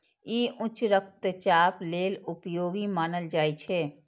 ई उच्च रक्तचाप लेल उपयोगी मानल जाइ छै